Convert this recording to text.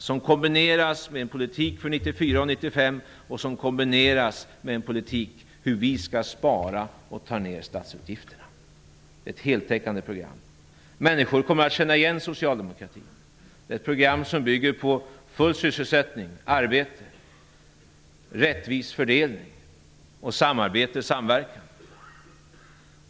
Där kombineras åtgärder för 1994 och 1995 med åtgärder för hur vi skall spara och få ner statsutgifterna. Det är ett heltäckande program. Människor kommer att känna igen socialdemokratin. Detta är ett program som bygger på full sysselsättning, arbete, rättvis fördelning, samarbete och samverkan.